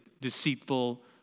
deceitful